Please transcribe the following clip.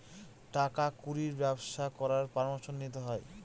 টাকা কুড়ির ব্যবসা করার পরামর্শ নিতে হয়